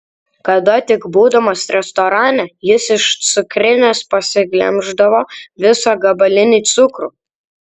kada tik būdamas restorane jis iš cukrinės pasiglemždavo visą gabalinį cukrų